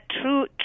true